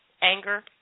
Anger